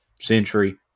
century